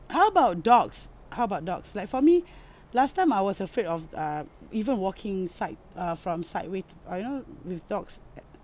how about dogs how about dogs like for me last time I was afraid of uh even walking side uh from side way uh you know with dogs